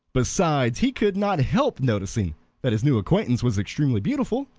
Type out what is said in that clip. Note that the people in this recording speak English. besides, he could not help noticing that his new acquaintance was extremely beautiful.